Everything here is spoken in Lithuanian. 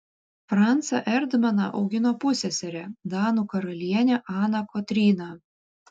francą erdmaną augino pusseserė danų karalienė ana kotryna